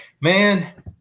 Man